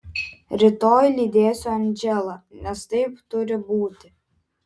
rytoj lydėsiu andželą nes taip turi būti